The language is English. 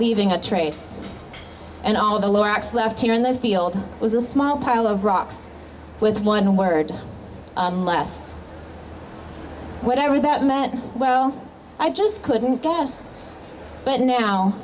leaving a trace and all the lorax left here in the field was a small pile of rocks with one word less whatever that meant well i just couldn't guess but now